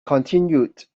continued